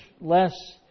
less